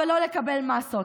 אבל לא לקבל מאסות.